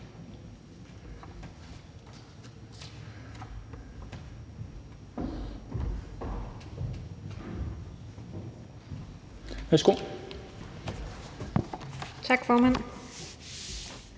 Krag): Tak, formand.